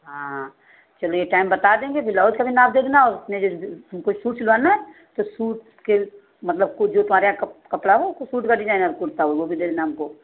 हाँ चलिए टाइम बता देंगे बिलाउज का भी नाप दे देना और अपने यह ज तुमको सूट सिलाना है तो सूट के मतलब कुछ तुम्हारे यहाँ कप कपड़ा हो कुछ सूट का डिजाईनर वह भी दे देना हमको